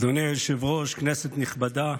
אדוני היושב-ראש, כנסת נכבדה,